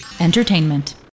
Entertainment